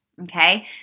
Okay